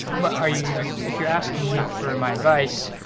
but are you if you're asking me for ah my advice,